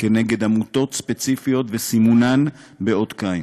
כנגד עמותות ספציפיות וסימונן באות קין.